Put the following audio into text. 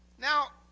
now,